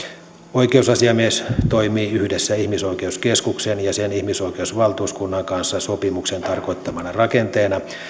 oikeusasiamies toimii yhdessä ihmisoikeuskeskuksen ja sen ihmisoikeusvaltuuskunnan kanssa sopimuksen tarkoittamana rakenteena